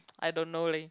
I don't know leh